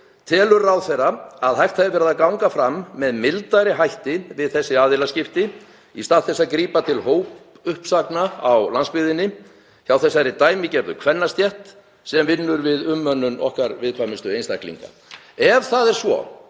Telur ráðherra að hægt hefði verið að ganga fram með mildari hætti við þessi aðilaskipti í stað þess að grípa til hópuppsagna á landsbyggðinni hjá þessari dæmigerðu kvennastétt sem vinnur við umönnun okkar viðkvæmustu einstaklinga? Ef það er svo